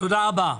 תודה רבה.